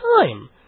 time